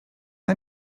mae